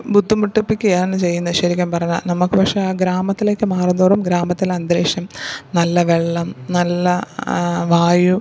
ബുദ്ധിമുട്ടിപ്പിക്കുകയാണ് ചെയ്യുന്നത് ശരിക്കും പറഞ്ഞാൽ നമുക്ക് പക്ഷെ ആ ഗ്രാമത്തിലേയ്ക്കു മാറും തോറും ഗ്രാമത്തിലന്തരീക്ഷം നല്ല വെള്ളം നല്ല വായു